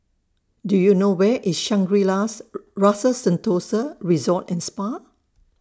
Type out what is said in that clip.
Do YOU know Where IS Shangri La's Rasa Sentosa Resort and Spa